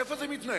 איפה זה מתנהל?